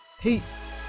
Peace